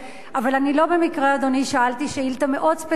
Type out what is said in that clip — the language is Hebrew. אבל לא במקרה, אדוני, שאלתי שאילתא מאוד ספציפית,